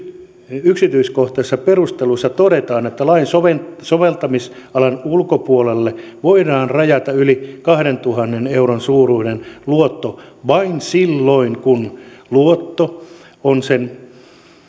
yksityiskohtaisissa perusteluissa todetaan että lain soveltamisalan ulkopuolelle voidaan rajata yli kahdentuhannen euron suuruinen luotto vain silloin kun luotto on sen